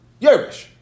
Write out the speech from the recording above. Yerush